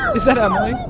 is that emily?